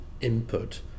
input